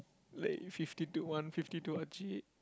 like fifty two one fifty two